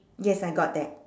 yes I got that